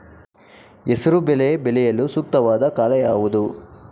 ಹೆಸರು ಬೇಳೆ ಬೆಳೆಯಲು ಸೂಕ್ತವಾದ ಕಾಲ ಯಾವುದು?